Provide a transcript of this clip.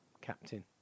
captain